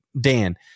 Dan